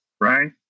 right